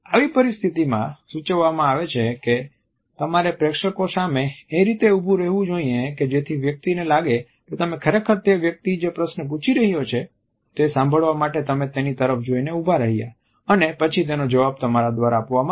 આવી પરિસ્થિતિમાં સૂચવવામાં આવે છે કે તમારે પ્રેક્ષકો સામે એ રીતે ઊભું રહેવું જોઈએ કે જેથી વ્યક્તિને લાગે કે તમે ખરેખર તે વ્યક્તિ જે પ્રશ્ન પૂછી રહ્યો છે તે સાંભળવા માટે તમે તેની તરફ જોઇને ઉભા રહ્યા અને પછી તેનો જવાબ તમારા દ્વારા આપવામાં આવશે